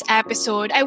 episode